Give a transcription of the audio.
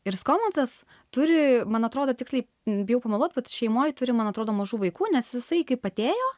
ir skomantas turi man atrodo tiksliai bijau pameluot bet šeimoj turi man atrodo mažų vaikų nes jisai kaip atėjo